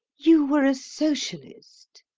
you were a socialist.